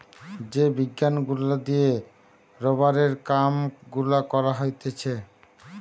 যে বিজ্ঞান গুলা দিয়ে রোবারের কাম গুলা করা হতিছে